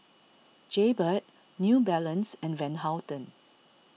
Jaybird New Balance and Van Houten